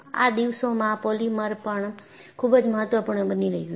આ દિવસોમાં પોલિમર પણ ખૂબ જ મહત્વપૂર્ણ બની રહ્યું છે